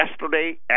yesterday